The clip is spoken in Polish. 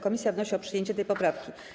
Komisja wnosi o przyjęcie tej poprawki.